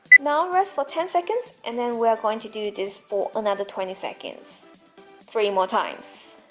now rest for ten seconds, and then we're going to do this for another twenty seconds three more times